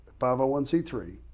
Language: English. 501c3